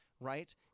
right